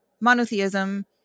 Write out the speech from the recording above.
Monotheism